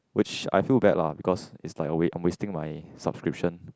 which i feel bad lah because is like a was~ I'm wasting my subscription